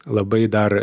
labai dar